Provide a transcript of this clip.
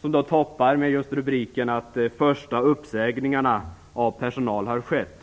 som toppar med just rubriken att de första uppsägningarna av personal har skett.